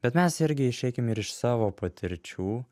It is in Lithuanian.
bet mes irgi išeikime iš savo patirčių